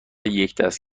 یکدست